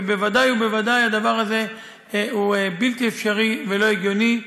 ובוודאי ובוודאי הדבר הזה הוא בלתי אפשרי ולא הגיוני.